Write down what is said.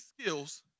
skills